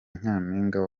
nyampinga